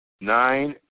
nine